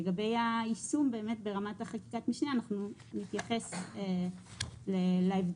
לגבי היישום ברמת חקיקת המשנה אנחנו נתייחס להבדלים,